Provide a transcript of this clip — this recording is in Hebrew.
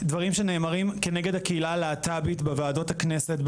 דברים שנאמרים כנגד הקהילה הלהט"בית בוועדות הכנסת,